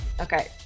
Okay